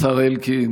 השר אלקין,